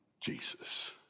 Jesus